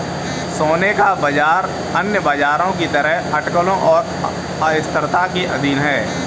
सोने का बाजार अन्य बाजारों की तरह अटकलों और अस्थिरता के अधीन है